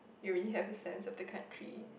you already have a sense of the country